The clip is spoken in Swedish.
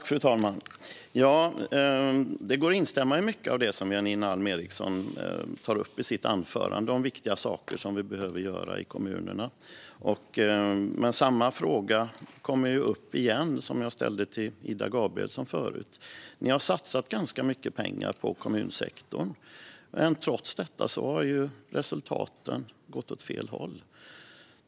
Fru talman! Det går att instämma i mycket av det som Janine Alm Ericson tar upp i sitt anförande om viktiga saker vi behöver göra i kommunerna. Samma fråga som jag ställde till Ida Gabrielsson tidigare kommer dock upp igen. Ni har satsat ganska mycket pengar på kommunsektorn, men trots detta har resultaten gått åt fel håll.